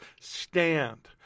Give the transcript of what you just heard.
stand